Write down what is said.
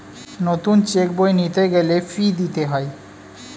নতুন চেক বই নিতে গেলে ফি দিতে হয়